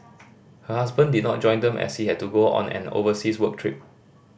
her husband did not join them as he had to go on an overseas work trip